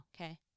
okay